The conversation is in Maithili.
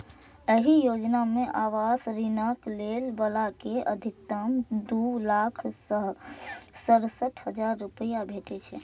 एहि योजना मे आवास ऋणक लै बला कें अछिकतम दू लाख सड़सठ हजार रुपैया भेटै छै